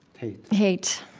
hate hate,